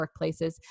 workplaces